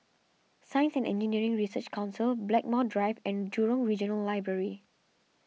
Science and Engineering Research Council Blackmore Drive and Jurong Regional Library